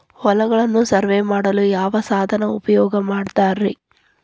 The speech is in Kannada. ಹೊಲಗಳನ್ನು ಸರ್ವೇ ಮಾಡಲು ಯಾವ ಸಾಧನ ಉಪಯೋಗ ಮಾಡ್ತಾರ ರಿ?